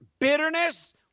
Bitterness